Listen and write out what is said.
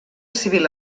civil